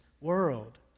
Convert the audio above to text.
world